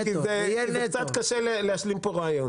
כי קצת קשה לי להשלים פה רעיון.